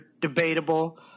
debatable